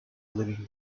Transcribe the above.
living